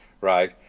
right